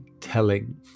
telling